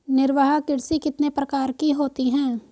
निर्वाह कृषि कितने प्रकार की होती हैं?